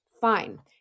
fine